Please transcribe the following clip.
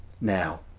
now